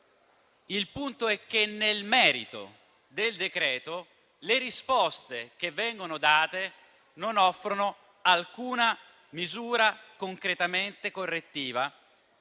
Il punto è che nel merito del provvedimento le risposte che vengono date non offrono alcuna misura concretamente correttiva